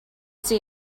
see